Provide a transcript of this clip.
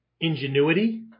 Ingenuity